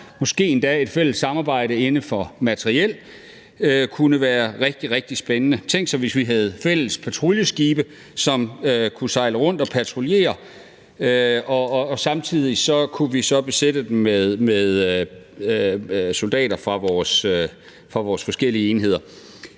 måske endda et fælles samarbejde inden for materiel. Det kunne være rigtig, rigtig spændende – tænk, hvis vi havde fælles patruljeskibe, som kunne sejle rundt og patruljere, og samtidig kunne vi så besætte dem med soldater fra vores forskellige enheder.